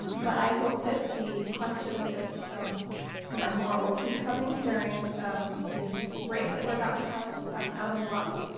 but i hope that the questions if there are more will keep coming during the break that we're about to have out in the lobby,